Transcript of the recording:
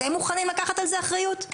אתם מוכנים לקחת על זה אחריות?